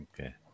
Okay